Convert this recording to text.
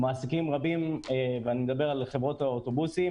מעסיקים רבים ואני מדבר על חברות האוטובוסים